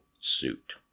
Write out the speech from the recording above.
suit